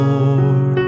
Lord